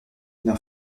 leur